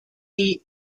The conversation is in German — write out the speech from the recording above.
die